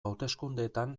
hauteskundeetan